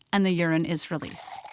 and the urine is released.